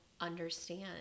understand